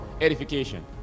edification